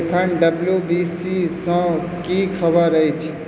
एखन W B C सँ की खबरि अछि